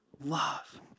love